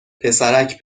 پسرک